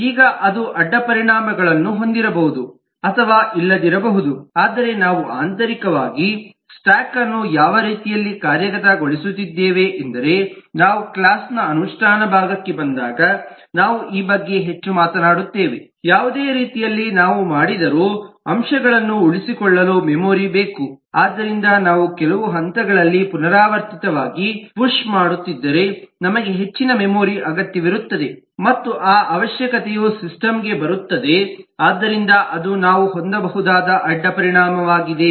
ಈಗ ಅದು ಅಡ್ಡಪರಿಣಾಮಗಳನ್ನು ಹೊಂದಿರಬಹುದು ಅಥವಾ ಇಲ್ಲದಿರಬಹುದು ಆದರೆ ನಾವು ಆಂತರಿಕವಾಗಿ ಸ್ಟಾಕ್ ಅನ್ನು ಯಾವ ರೀತಿಯಲ್ಲಿ ಕಾರ್ಯಗತ ಗೊಳಿಸುತ್ತಿದ್ದೇವೆಂದರೆ ನಾವು ಕ್ಲಾಸ್ ನ ಅನುಷ್ಠಾನ ಭಾಗಕ್ಕೆ ಬಂದಾಗ ನಾವು ಈ ಬಗ್ಗೆ ಹೆಚ್ಚು ಮಾತನಾಡುತ್ತೇವೆ ಯಾವುದೇ ರೀತಿಯಲ್ಲಿ ನಾವು ಮಾಡಿದರು ಅಂಶಗಳನ್ನು ಉಳಿಸಿಕೊಳ್ಳಲು ಮೆಮೊರಿ ಬೇಕು ಆದ್ದರಿಂದ ನಾವು ಕೆಲವು ಹಂತದಲ್ಲಿ ಪುನರಾವರ್ತಿತವಾಗಿ ಪುಶ್ ಮಾಡುತ್ತಿದ್ದರೆ ನಮಗೆ ಹೆಚ್ಚಿನ ಮೆಮೊರಿ ಅಗತ್ಯವಿರುತ್ತದೆ ಮತ್ತು ಆ ಅವಶ್ಯಕತೆಯು ಸಿಸ್ಟಮ್ ಗೆ ಬರುತ್ತದೆ ಆದ್ದರಿಂದ ಅದು ನಾವು ಹೊಂದಬಹುದಾದ ಅಡ್ಡಪರಿಣಾಮವಾಗಿದೆ